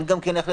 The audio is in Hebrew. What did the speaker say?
אין גם איך לדבר.